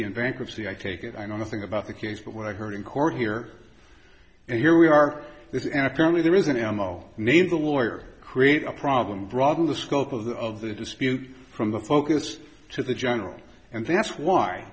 in bankruptcy i take it i know nothing about the case but what i heard in court here and here we are this and apparently there is an animal need a lawyer create a problem broaden the scope of the dispute from the focus to the general and that's why